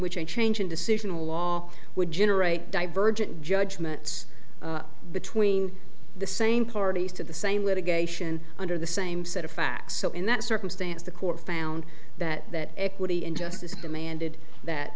which a change in decision law would generate divergent judgments between the same parties to the same litigation under the same set of facts so in that circumstance the court found that that equity and justice demanded that